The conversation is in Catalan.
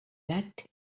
gat